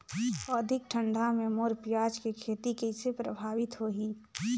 अधिक ठंडा मे मोर पियाज के खेती कइसे प्रभावित होही?